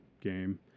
game